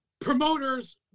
Promoters